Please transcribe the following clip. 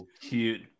Cute